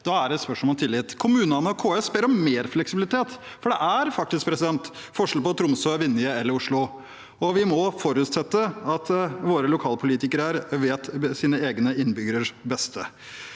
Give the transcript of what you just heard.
er det et spørsmål om tillit. Kommunene og KS ber om mer fleksibilitet, for det er faktisk forskjell på Tromsø, Vinje og Oslo. Vi må forutsette at våre lokalpolitikere vet sine egne innbyggeres beste.